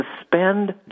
suspend